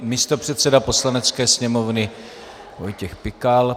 Místopředseda Poslanecké sněmovny Vojtěch Pikal.